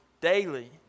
daily